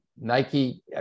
Nike